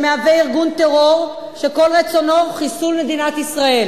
שהוא ארגון טרור שכל רצונו הוא חיסול מדינת ישראל,